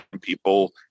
people